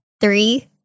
Three